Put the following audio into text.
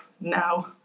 now